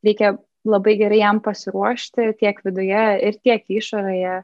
reikia labai gerai jam pasiruošti tiek viduje ir tiek išorėje